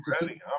ready